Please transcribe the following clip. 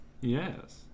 Yes